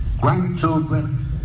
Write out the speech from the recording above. grandchildren